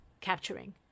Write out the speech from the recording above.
capturing